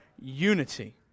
unity